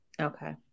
Okay